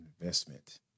investment